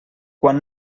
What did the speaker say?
quan